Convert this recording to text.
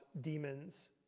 demons